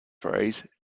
phrase